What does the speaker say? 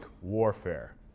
warfare